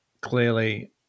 clearly